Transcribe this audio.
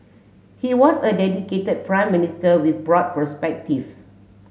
he was a dedicated Prime Minister with broad perspective